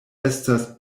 estas